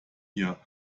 hier